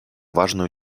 важную